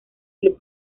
club